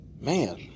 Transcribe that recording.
Man